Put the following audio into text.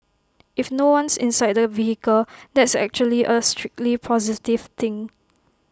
if no one's inside the vehicle that's actually A strictly positive thing